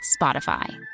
Spotify